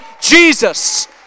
Jesus